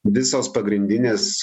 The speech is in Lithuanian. visos pagrindinės